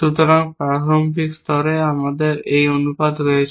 সুতরাং প্রারম্ভিক স্তরে আমাদের এই অনুপাত রয়েছে